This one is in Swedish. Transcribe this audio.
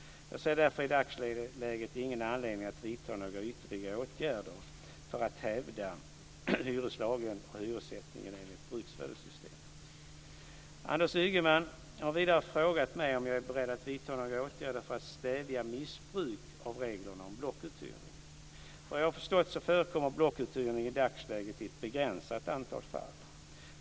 Jag ser därför i dagsläget inte anledning att vidta några ytterligare åtgärder för att hävda hyreslagen och hyressättning enligt bruksvärdessystemet. Anders Ygeman har vidare frågat mig om jag är beredd att vidta några åtgärder för att stävja missbruk av reglerna om blockuthyrning. Vad jag har förstått förekommer blockuthyrning i dagsläget i ett begränsat antal fall.